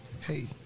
Hey